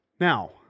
Now